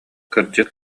кырдьык